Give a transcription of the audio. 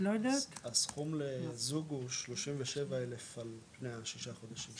הסכום לזוג הוא 37 אלף על פני שישה חודשים.